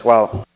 Hvala.